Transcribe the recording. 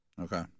Okay